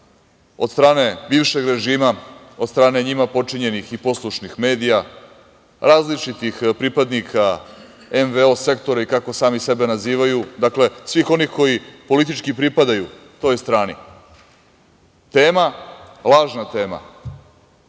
od strane bivšeg režima, od strane njima potčinjenih i poslušnih medija, različitih pripadnika NVO sektora, i kako sami sebe nazivaju, dakle, svih onih koji politički pripadaju toj strani, tema, lažna tema,